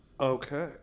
Okay